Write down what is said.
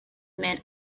men